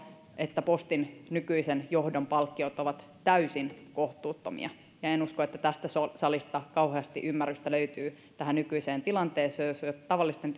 että postin nykyisen johdon palkkiot ovat täysin kohtuuttomia en usko että tästä salista kauheasti ymmärrystä löytyy tähän nykyiseen tilanteeseen jossa tavallisten